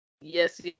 Yes